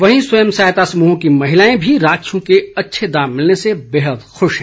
वहीं स्वयं सहायता समूहों की महिलाएं भी राखियों के अच्छे दाम मिलने पर बेहद खुश हैं